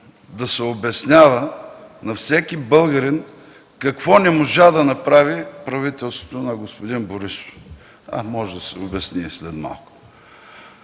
да се обяснява на всеки българин какво не можа да направи правителството на господин Борисов. А може да се обясни и след малко.